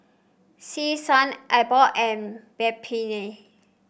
Selsun Abbott and Peptamen